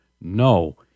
No